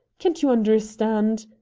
can't you understand,